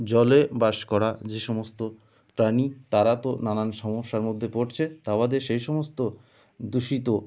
জলে বাস করা যে সমস্ত প্রাণী তারা তো নানা সমস্যার মধ্যে পড়ছে তা বাদে সেই সমস্ত দূষিত